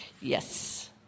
Yes